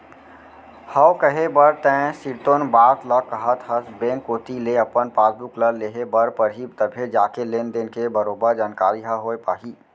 हव कहे बर तैं सिरतोन बात ल काहत हस बेंक कोती ले अपन पासबुक ल लेहे बर परही तभे जाके लेन देन के बरोबर जानकारी ह होय पाही